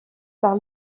par